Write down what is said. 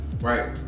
Right